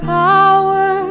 power